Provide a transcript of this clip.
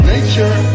Nature